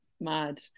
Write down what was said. mad